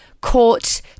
caught